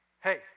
Hey